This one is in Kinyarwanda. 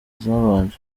zabanje